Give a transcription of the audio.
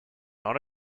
not